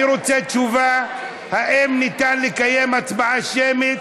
אני רוצה תשובה: האם ניתן לקיים הצבעה שמית,